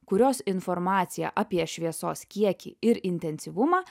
kurios informaciją apie šviesos kiekį ir intensyvumą